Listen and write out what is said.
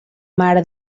mare